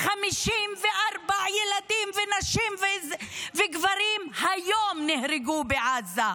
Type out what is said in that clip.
54 ילדים ונשים וגברים נהרגו היום בעזה.